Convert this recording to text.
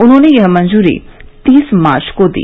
उन्होंने यह मंजूरी तीस मार्च को दी